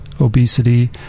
obesity